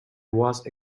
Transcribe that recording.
was